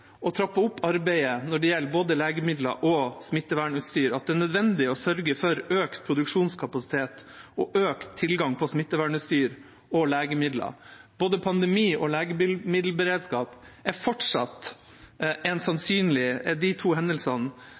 å trappe opp arbeidet når det gjelder både legemidler og smittevernutstyr, og at det er nødvendig å sørge for økt produksjonskapasitet og økt tilgang på smittevernutstyr og legemidler. Pandemi og mangelfull legemiddelberedskap er fortsatt de to hendelsene